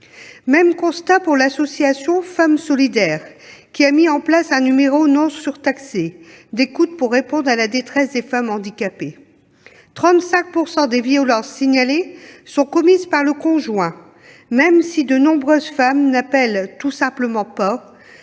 même pour l'association Femmes Solidaires, qui a mis en place un numéro non surtaxé d'écoute pour répondre à la détresse des femmes handicapées : 35 % des violences signalées sont commises par le conjoint, même si de nombreuses femmes n'appellent tout simplement pas,